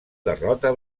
derrota